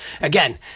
Again